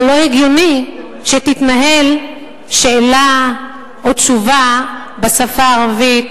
אבל לא הגיוני שתתנהל שאלה או תשובה בשפה הערבית